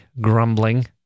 grumbling